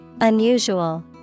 Unusual